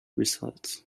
results